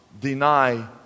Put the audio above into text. deny